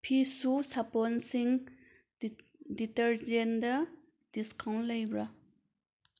ꯐꯤꯁꯨ ꯁꯥꯄꯣꯟꯁꯤꯡ ꯗꯤꯇꯔꯖꯦꯟꯗ ꯗꯤꯁꯀꯥꯎꯟ ꯂꯩꯕ꯭ꯔꯥ